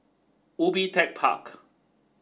Ubi Tech Park